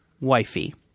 Wifey